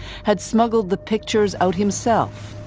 had smuggled the pictures out himself,